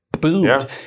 boomed